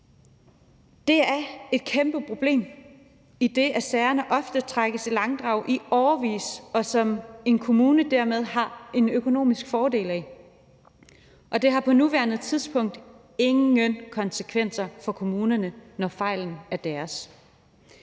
er et kæmpe problem, idet sagerne ofte trækkes i langdrag i årevis, hvilket en kommune har en økonomisk fordel af. Det har på nuværende tidspunkt ingen konsekvenser for kommunerne, når fejlen er deres.